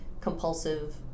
compulsive